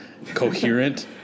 coherent